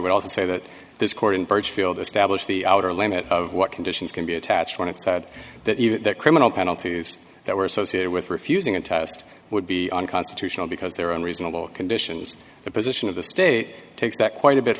would also say that this cordon burchfield established the outer limits of what conditions can be attached when it's sad that you know that criminal penalties that were associated with refusing a test would be unconstitutional because there are unreasonable conditions the position of the state takes that quite a bit